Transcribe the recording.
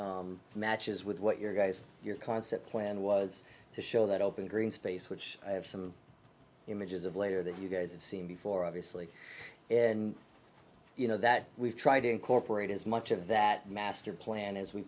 building matches with what your guys your concept plan was to show that open green space which i have some images of later that you guys have seen before obviously and you know that we've tried to incorporate as much of that master plan as we